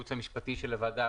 בייעוץ המשפטי של הוועדה,